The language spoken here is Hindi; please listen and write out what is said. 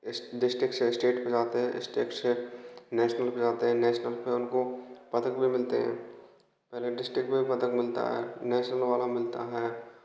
डिस्टिक से स्टेट मे जाते हैं स्टेट से नेशनल पर जाते हैं नेशनल में उनको पदक भी मिलते हैं पहले डिस्टिक में भी पदक मिलता है नेशनल वाला मिलता है